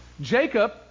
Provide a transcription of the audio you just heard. Jacob